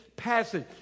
passage